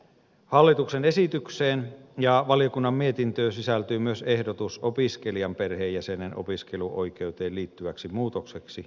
hallituksen esitykseen ja valiokunnan mietintöön sisältyy myös ehdotus opiskelijan perheenjäsenen opiskeluoikeuteen liittyväksi muutokseksi